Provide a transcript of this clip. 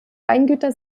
weingüter